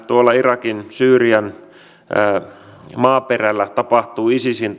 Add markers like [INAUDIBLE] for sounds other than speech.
tuolla irakin syyrian maaperällä tapahtuu isisin [UNINTELLIGIBLE]